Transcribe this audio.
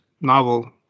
novel